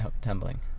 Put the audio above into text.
tumbling